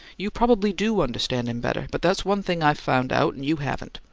you probably do understand him better, but that's one thing i've found out and you haven't.